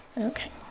okay